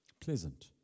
Pleasant